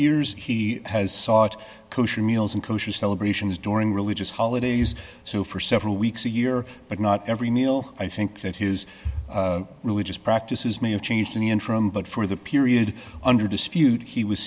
years he has sought kosher meals and kosher celebrations during religious holidays so for several weeks a year but not every meal i think that his religious practices may have changed in the interim but for the period under dispute he was